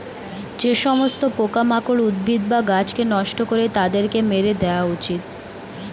যে সমস্ত পোকামাকড় উদ্ভিদ বা গাছকে নষ্ট করে তাদেরকে মেরে দেওয়া উচিত